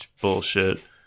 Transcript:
bullshit